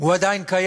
הוא עדיין קיים.